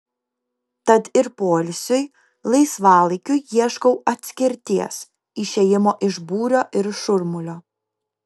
tad ir poilsiui laisvalaikiui ieškau atskirties išėjimo iš būrio ir šurmulio